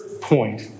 point